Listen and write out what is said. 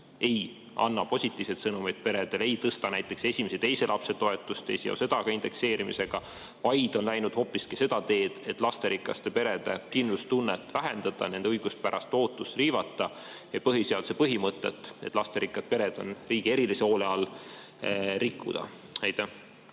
ei anna positiivset sõnumit peredele, ei tõsta näiteks esimese ja teise lapse toetust, ei seo seda ka indekseerimisega, vaid läheb hoopiski seda teed, et lasterikaste perede kindlustunnet vähendada, nende õiguspärast ootust riivata ja põhiseaduse põhimõtet, [mille kohaselt] lasterikkad pered on riigi erilise hoole all, rikkuda. Aitäh!